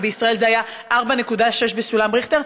ובישראל זה היה 4.6 בסולם ריכטר,